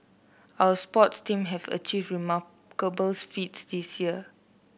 our sports team have achieved remarkable feats this year